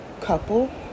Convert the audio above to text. couple